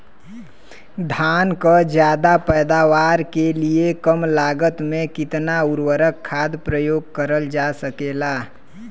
धान क ज्यादा पैदावार के लिए कम लागत में कितना उर्वरक खाद प्रयोग करल जा सकेला?